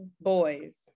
boys